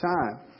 time